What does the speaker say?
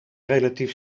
relatief